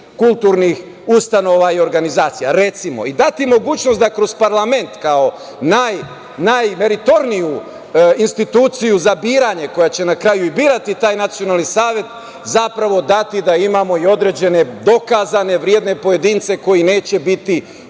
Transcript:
kulturnih ustanova i organizacija? Tako ćemo dati mogućnost da kroz parlament, kao najmeritorniju instituciju za biranje, koja će na kraju i birati taj nacionalni savet, zapravo da imamo i određene dokazane vredne pojedince koji neće biti